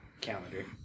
calendar